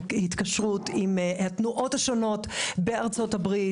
התקשרות עם התנועות השונות בארצות-הברית,